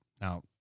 Now